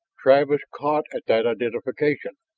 travis caught at that identification,